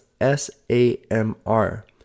S-A-M-R